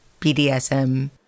BDSM